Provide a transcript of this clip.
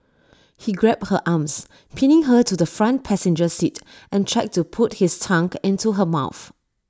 he grabbed her arms pinning her to the front passenger seat and tried to put his tongue into her mouth